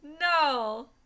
No